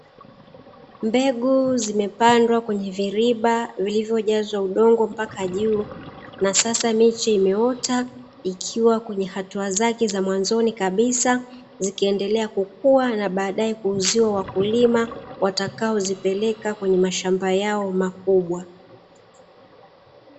Mbegu zimepandwa kwenye viriba vilivyojazwa udongo mpaka juu, na sasa miche imeota ikiwa kwenye hatua zake za mwanzoni kabisa, zikiendelea kukua na baadae kuuziwa wakulima watakao zipeleka kwenye mashamba yao makubwa.